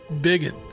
bigot